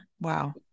wow